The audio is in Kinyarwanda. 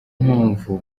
mpamvu